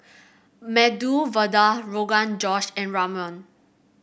Medu Vada Rogan Josh and Ramyeon